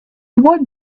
what